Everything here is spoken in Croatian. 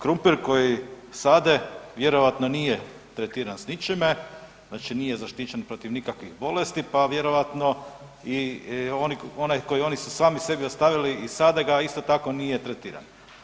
Krumpir koji sade vjerojatno nije tretiran s ničime, znači nije zaštićen protiv nikakvih bolesti, pa vjerojatno i oni su sami sebi ostavili i sade ga, a isto tako nije tretiran.